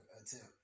attempt